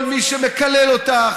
מחיר הדלק הוא מחיר מפוקח,